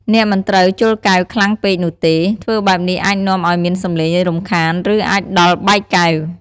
អ្នកមិនត្រូវជល់កែវខ្លាំងពេកនោះទេ ធ្វើបែបនេះអាចនាំអោយមានសំឡេងរំខានឬ អាចដល់បែកកែវ។